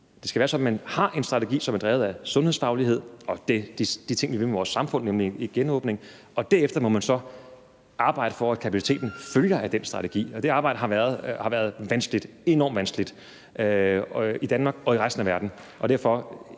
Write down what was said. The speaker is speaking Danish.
Det skal være sådan, at vi har en strategi, som er drevet af sundhedsfaglighed og de ting, som vi vil med vores samfund, nemlig en genåbning, og derefter må man så arbejde for, at kapaciteten følger af den strategi, og det arbejde har været enormt vanskeligt i Danmark og i resten af verden.